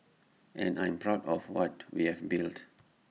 and I'm proud of what we have built